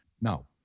no